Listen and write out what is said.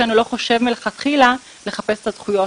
לכן הוא לא חושב מלכתחילה לחפש את הזכויות